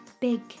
big